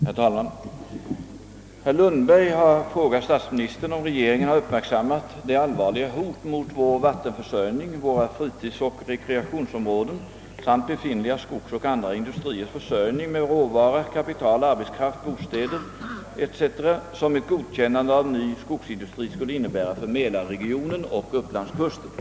Herr talman! Herr Lundberg har frågat statsministern om regeringen har uppmärksammat det allvarliga hot mot vår vattenförsörjning, våra fritidsoch rekreationsområden «samt = befintliga skogsoch andra industriers försörjning med råvara, kapital, arbetskraft, bostäder etc. som ett godkännande av ny skogsindustri skulle innebära för mälarregionen och upplandskusten.